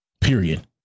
period